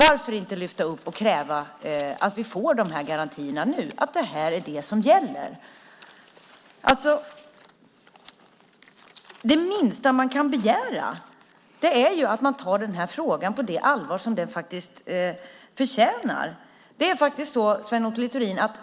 Varför inte lyfta upp frågan och kräva att vi får de garantierna nu att detta är vad som gäller? Det minsta man kan begära är att man tar frågan på det allvar som den förtjänar.